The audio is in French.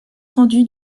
rendu